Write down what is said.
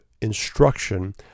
instruction